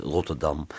Rotterdam